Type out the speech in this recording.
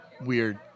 weird